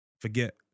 forget